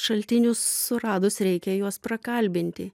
šaltinius suradus reikia juos prakalbinti